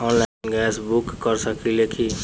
Online gas book कर सकिले की?